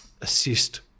assist